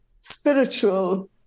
spiritual